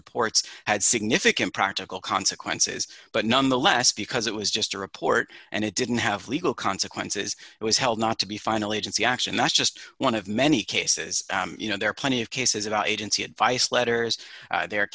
reports had significant practical consequences but nonetheless because it was just a report and it didn't have legal consequences it was held not to be final agency action that's just one of many cases you know there are plenty of cases about agency advice letters there are